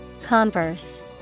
Converse